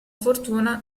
fortuna